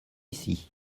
ici